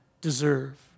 deserve